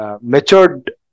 matured